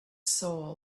soul